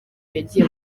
yagiye